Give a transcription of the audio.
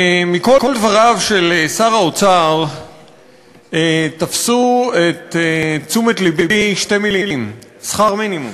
מכל דבריו של שר האוצר תפסו את תשומת לבי שתי מילים: שכר מינימום.